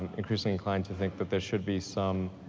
increasing in clients, i think that there should be some